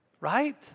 Right